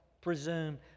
presume